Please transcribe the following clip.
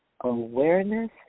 awareness